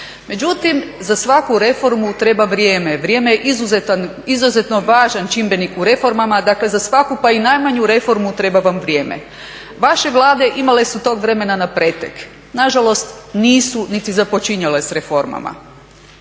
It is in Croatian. Međutim za svaku reformu treba vrijeme, vrijeme je izuzetno važan čimbenik u reformama dakle za svaku pa i najmanju reformu treba vam vrijeme. vaše vlade imale su tog vremena na pretek, nažalost nisu niti započinjale s reformama.